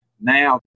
Now